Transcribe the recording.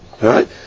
right